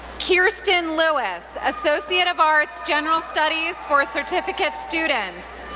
kirsten lewis, associate of arts, general studies for certificate students.